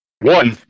One